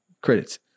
credits